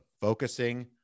focusing